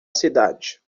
cidade